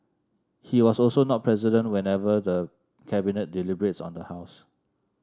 he was also not present whenever the Cabinet deliberates on the house